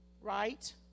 right